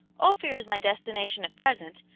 ophir is my destination at present,